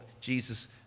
Jesus